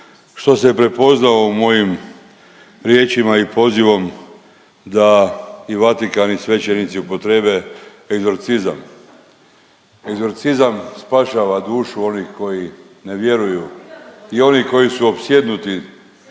što se je prepoznao u mojim riječima i pozivom da i Vatikan i svećenici upotrijebe egzorcizam. Egzorcizam spašava dušu onih koji ne vjeruju i onih koji su opsjednuti